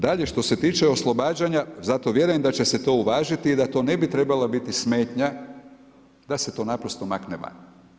Dalje što se tiče oslobađanja, zato vjerujem da će se to uvažiti i da to ne bi trebala biti smetnja, da se to naprosto makne van.